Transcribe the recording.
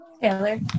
Taylor